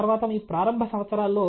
తర్వాత మీ ప్రారంభ సంవత్సరాల్లో